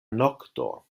nokto